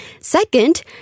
Second